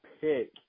pick